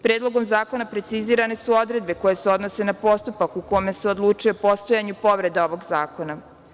Predlogom zakona precizirane su odredbe koje se odnose na postupak u kome se odlučuje o postojanju povreda ovog zakona.